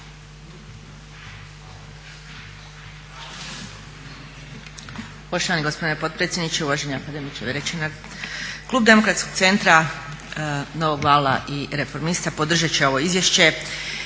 Poštovani gospodine potpredsjedniče, uvaženi akademiče Vretenar. Klub Demokratskog centra, Novog vala i Reformista podržati će ovo izvješće